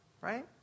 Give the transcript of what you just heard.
Right